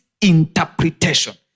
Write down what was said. interpretation